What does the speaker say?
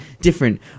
different